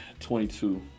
22